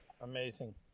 Amazing